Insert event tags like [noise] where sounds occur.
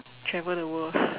travel the world [breath]